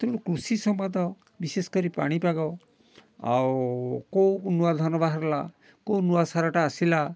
ତେଣୁ କୃଷି ସମ୍ବାଦ ବିଶେଷକରି ପାଣିପାଗ ଆଉ କେଉଁ ନୂଆ ଧାନ ବାହାରିଲା କେଉଁ ନୂଆ ସାରଟା ଆସିଲା